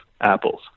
apples